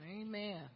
Amen